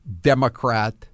Democrat